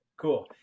Cool